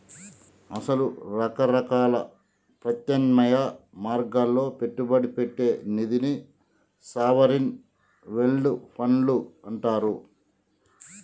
అసలు రకరకాల ప్రత్యామ్నాయ మార్గాల్లో పెట్టుబడి పెట్టే నిధిని సావరిన్ వెల్డ్ ఫండ్లు అంటారు